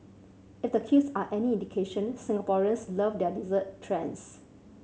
if the queues are any indication Singaporeans love their dessert trends